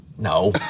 no